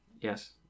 yes